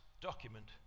document